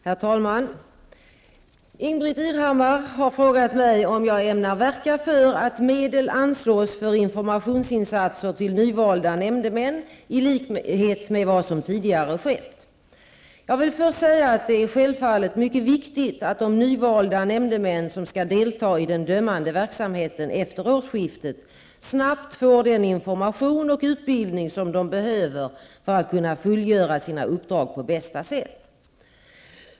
Herr talman! Ingbritt Irhammar har frågat mig om jag ämnar verka för att medel anslås för informationsinsatser till nyvalda nämndemän i likhet med vad som tidigare skett. Jag vill först säga att det självfallet är mycket viktigt att de nyvalda nämndemän som skall delta i den dömande verksamheten efter årsskiftet snabbt får den information och utbildning som de behöver för att kunna fullgöra sina uppdrag på bästa sätt.